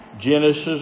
Genesis